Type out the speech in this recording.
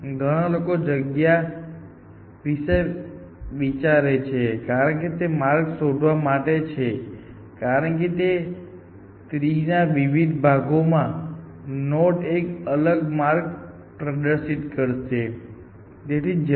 ઘણા લોકો તે જગ્યા વિશે વિચારે છે કારણ કે તે માર્ગ શોધવા માટે છે કારણ કે ટ્રી ના વિવિધ ભાગોમાં નોડ એક અલગ માર્ગ પ્રદર્શિત કરે છે કારણ કે તમે તેને એક અલગ માર્ગ તરીકે જાણો છો તેથી અલબત્ત તે ખૂબ જ ઊંચું જાય છે